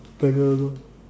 I don't know